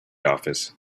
office